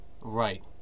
Right